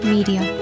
Media